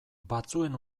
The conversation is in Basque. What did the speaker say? batzuen